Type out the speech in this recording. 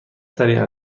سریع